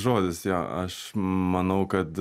žodis jo aš manau kad